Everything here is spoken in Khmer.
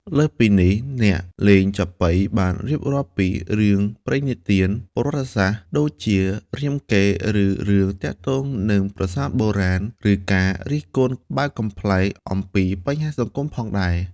លើសពីនេះ អ្នកលេងចាប៉ីបានរៀបរាប់ពីរឿងព្រេងនិទានប្រវត្តិសាស្ត្រ ដូចជា រាមកេរ្តិ៍ ឬរឿងទាក់ទងនឹងប្រាសាទបុរាណ ឬការរិះគន់បែបកំប្លែងអំពីបញ្ហាសង្គមផងដែរ។